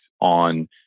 on